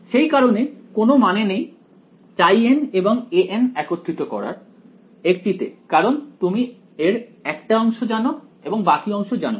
সেই কারণে কোনও মানে নেই χn এবং an একত্রিত করার একটিতে কারণ তুমি এর একটা অংশ জানো এবং বাকি অংশ জানোনা